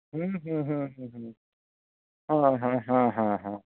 ᱦᱩᱸ ᱦᱩᱸ ᱦᱩᱸ ᱦᱩᱸ ᱦᱩᱸ ᱦᱮᱸ ᱦᱮᱸ ᱦᱮᱸ ᱦᱮᱸ ᱦᱮᱸ